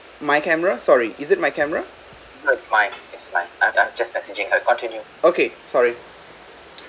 my camera sorry is it my camera okay sorry